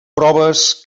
proves